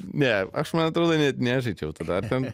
ne aš man atrodo net nežaidžiau tada ar ten